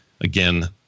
Again